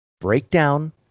breakdown